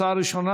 הצעה ראשונה,